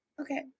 Okay